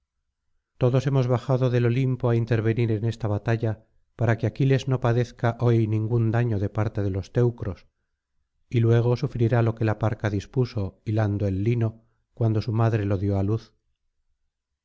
todos hemos bajado del olimpo á intervenir en esta batalla para que aquiles no padezca hoy ningún daño de parte de los teucros y luego sufrirá lo que la parca dispuso hilando el lino cuando su madre lo dio á luz